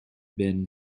been